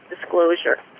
disclosure